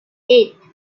eight